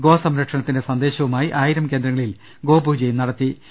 go സംരക്ഷണത്തിന്റെ സന്ദേശവുമായി ആയിരം കേന്ദ്രങ്ങളിൽ ഗോപൂജയും നടന്നു